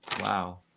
Wow